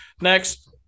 next